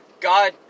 God